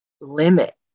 limit